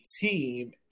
team